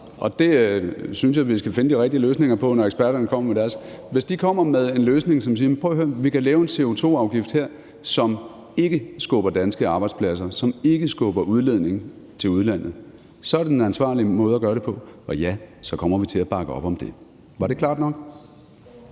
og det synes jeg vi skal finde de rigtige løsninger på, når eksperterne kommer med deres løsning. Hvis de kommer med en løsning, hvor de siger, at vi kan lave en CO2-afgift her, som ikke skubber danske arbejdspladser til udlandet, og som ikke skubber udledning til udlandet, så er det en ansvarlig måde at gøre det på. Og ja, så kommer vi til at bakke op om det. Var det klart nok?